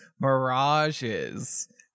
Mirages